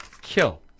Kill